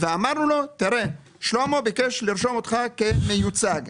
ואמרנו לו שלמה ביקש לרשום אותך כמיוצג,